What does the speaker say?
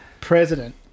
president